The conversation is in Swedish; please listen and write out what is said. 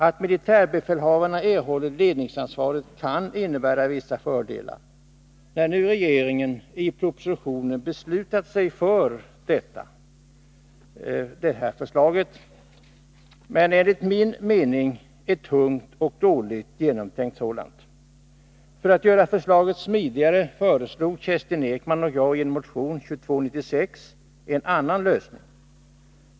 Att militärbefälhavarna erhåller ledningsansvaret kan innebära vissa fördelar, när nu regeringen ändå beslutat sig för denna ordning. Enligt min mening är det dock ett tunt och dåligt genomtänkt förslag. I motion 2296 föreslog Kerstin Ekman och jag en smidigare lösning.